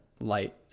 light